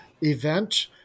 event